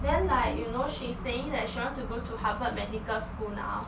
then like you know she is saying that she want to go to harvard medical school now